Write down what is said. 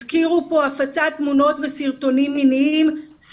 הזכירו פה הפצת תמונות וסרטונים מיניים,